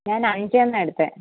ഞാൻ അഞ്ചെണ്ണമാണ് എടുത്തത്